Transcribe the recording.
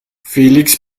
felix